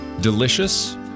delicious